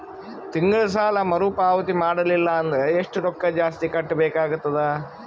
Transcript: ತಿಂಗಳ ಸಾಲಾ ಮರು ಪಾವತಿ ಮಾಡಲಿಲ್ಲ ಅಂದರ ಎಷ್ಟ ರೊಕ್ಕ ಜಾಸ್ತಿ ಕಟ್ಟಬೇಕಾಗತದ?